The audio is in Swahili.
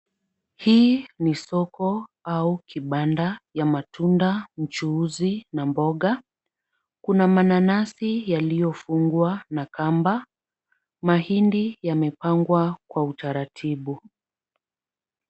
Hii ni soko au kibanda ya matunda, mchuuzi na mboga. Kuna mananasi yaliyofungwa na kamba, mahindi yamepangwa kwa utaratibu.